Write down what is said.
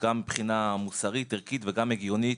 גם מבחינה מוסרית ערכית וגם הגיונית,